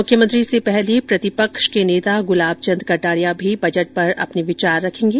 मुख्यमंत्री से पहले प्रतिपक्ष के नेता गुलाब चंद केटारिया भी बजट पर अपने विचार रखेंगे